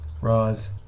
Roz